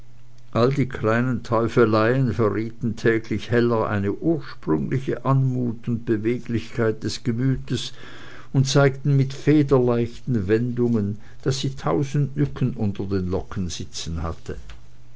alle die kleinen teufeleien verrieten täglich heller eine ursprüngliche anmut und beweglichkeit des gemütes und zeigten mit federleichten wendungen daß sie tausend nücken unter den locken sitzen hatte